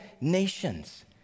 nations